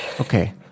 okay